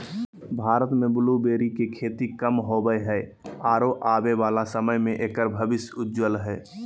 भारत में ब्लूबेरी के खेती कम होवअ हई आरो आबे वाला समय में एकर भविष्य उज्ज्वल हई